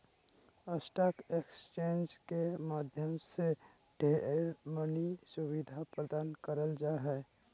stock exchange के माध्यम से ढेर मनी सुविधा प्रदान करल जा हय